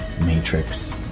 matrix